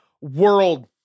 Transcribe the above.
world